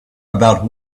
about